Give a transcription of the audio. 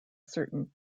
certain